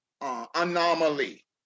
anomaly